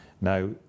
Now